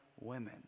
women